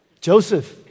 Joseph